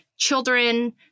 children